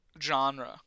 genre